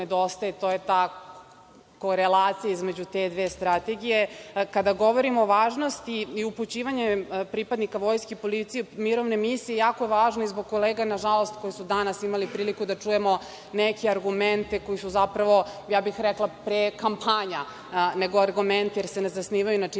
to je ta korelacija između te dve strategije. Kada govorimo o važnosti i upućivanju pripadnika vojske, policije u mirovne misije, jako važno i zbog kolega nažalost koji su danas imali priliku da čujemo neke argumente koji su zapravo, ja bih rekla pre kampanja, nego argumenti, jer se ne zasnivaju na činjenicama.